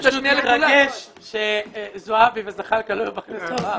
אני פשוט מתרגש שזועבי וזחאלקה לא יהיו בכנסת הבאה.